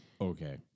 Okay